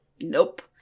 Nope